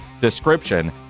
description